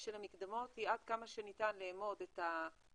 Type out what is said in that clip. של המקדמות היא עד כמה שניתן לאמוד את חבות